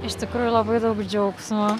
iš tikrųjų labai daug džiaugsmo